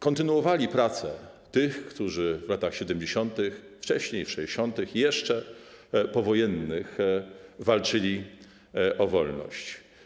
Kontynuowali pracę tych, którzy w latach 70., wcześniej 60. i jeszcze powojennych walczyli o wolność.